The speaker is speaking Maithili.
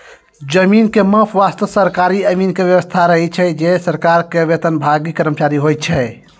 जमीन के माप वास्तॅ सरकारी अमीन के व्यवस्था रहै छै जे सरकार के वेतनभागी कर्मचारी होय छै